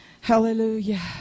Hallelujah